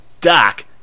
Doc